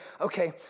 okay